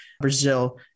Brazil